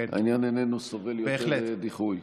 העניין איננו סובל יותר דיחוי.